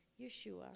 Yeshua